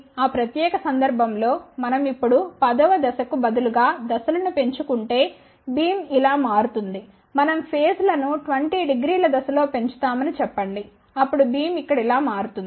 ఆ ప్రత్యేక సందర్భం లో మనం ఇప్పుడు 10 వ దశకు బదులుగా దశలను పెంచుకుంటే బీమ్ ఇలా మారుతుంది మనం ఫేజ్ లను 20 డిగ్రీల దశలలో పెంచుతామని చెప్పండి అప్పుడు బీమ్ ఇక్కడ ఇలా మారుతుంది